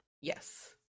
yes